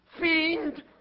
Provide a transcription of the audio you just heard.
Fiend